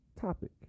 topic